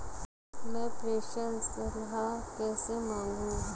मैं प्रेषण सलाह कैसे मांगूं?